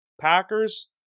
Packers